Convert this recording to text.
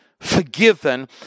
forgiven